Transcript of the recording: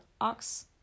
ox